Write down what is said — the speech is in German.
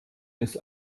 ist